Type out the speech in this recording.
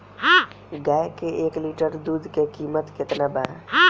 गाय के एक लिटर दूध के कीमत केतना बा?